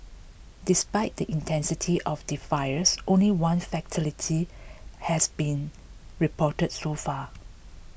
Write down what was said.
despite the intensity of the fires only one fatality has been reported so far